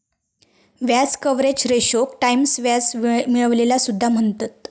व्याज कव्हरेज रेशोक टाईम्स व्याज मिळविलेला सुद्धा म्हणतत